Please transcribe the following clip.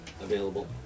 available